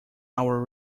our